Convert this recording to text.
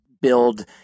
build